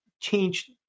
change